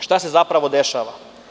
Šta se zapravo dešava?